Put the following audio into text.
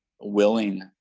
willing